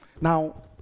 Now